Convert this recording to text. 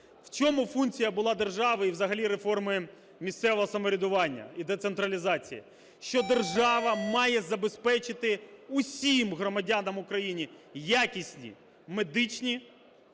В чому функція була держави і взагалі реформи місцевого самоврядування і децентралізації? Що держава має забезпечити усім громадянам України якісні медичні